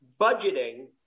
budgeting